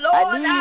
Lord